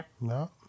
No